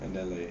and then like